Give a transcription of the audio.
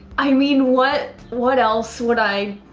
i mean what what else would i?